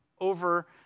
over